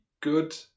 good